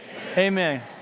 amen